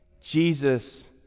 Jesus